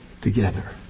together